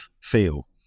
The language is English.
feel